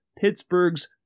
Pittsburgh's